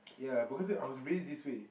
ya because I was raised this way